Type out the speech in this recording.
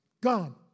gone